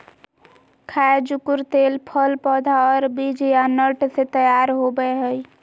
खाय जुकुर तेल फल पौधा और बीज या नट से तैयार होबय हइ